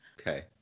Okay